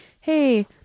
hey